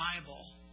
Bible